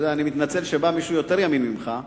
אתה יודע, אני מתנצל שבא מישהו יותר ימני ממך,